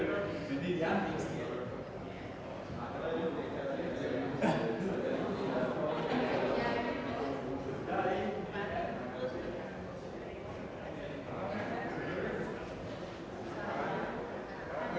hvad er det